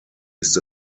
ist